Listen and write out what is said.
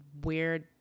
weird